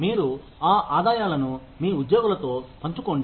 మీరు ఆ ఆదాయాలను మీ ఉద్యోగులతో పంచుకోండి